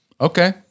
Okay